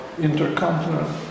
intercontinental